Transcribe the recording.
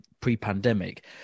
pre-pandemic